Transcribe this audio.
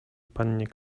pannie